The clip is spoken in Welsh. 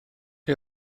chi